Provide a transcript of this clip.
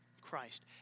Christ